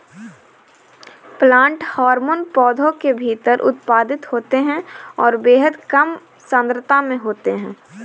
plant hormone पौधों के भीतर उत्पादित होते हैंऔर बेहद कम सांद्रता में होते हैं